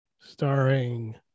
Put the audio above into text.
starring